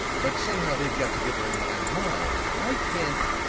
but, somehow, they've got together in my mind, and i can't